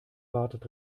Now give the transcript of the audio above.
wartet